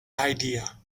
idea